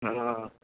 हँ